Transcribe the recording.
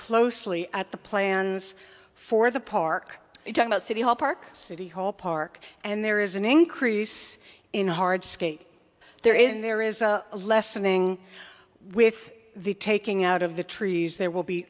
closely at the plans for the park and talk about city hall park city hall park and there is an increase in hard skate there is there is a lessening with the taking out of the trees there will be